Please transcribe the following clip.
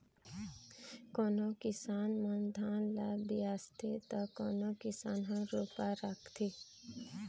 कोनो किसान मन धान ल बियासथे त कोनो किसान ह रोपा राखथे